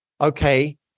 okay